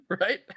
Right